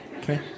okay